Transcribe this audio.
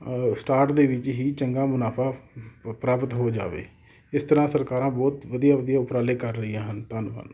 start ਦੇ ਵਿੱਚ ਹੀ ਚੰਗਾ ਮੁਨਾਫ਼ਾ ਪ੍ਰਾਪਤ ਹੋ ਜਾਵੇ ਇਸ ਤਰ੍ਹਾਂ ਸਰਕਾਰਾਂ ਬਹੁਤ ਵਧੀਆ ਵਧੀਆ ਉਪਰਾਲੇ ਕਰ ਰਹੀਆਂ ਹਨ ਧੰਨਵਾਦ